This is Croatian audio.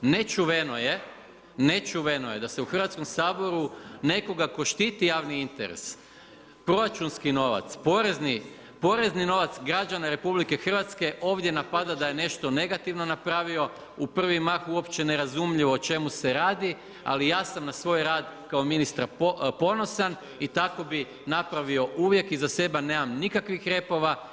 Nečuveno je da se u Hrvatskom saboru nekoga tko štiti javni interes, proračunski novac, porezni novac građana RH, ovdje napada da je nešto negativno napravio, u prvi mah uopće ne razumljivo o čemu se radi ali ja sam na svoj rad kao ministra ponosan i tako bih napravio uvijek, iza sebe nemam nikakvih repova.